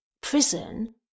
prison